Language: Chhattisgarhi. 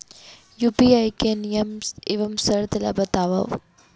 यू.पी.आई के नियम एवं शर्त ला बतावव